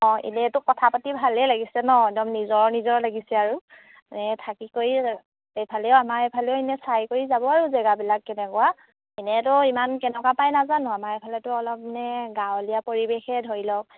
অঁ এনেইতো কথা পাতি ভালেই লাগিছে নহ্ একদম নিজৰ নিজৰ লাগিছে আৰু এ থাকি কৰি এইফালেও আমাৰ এইফালেও এনেই চাই কৰি যাব আৰু জেগাবিলাক কেনেকুৱা এনেইতো ইমান কেনেকুৱা পাই নাজানো আমাৰ এইফালেতো অলপ মানে গাঁৱলীয়া পৰিৱেশে ধৰি লওক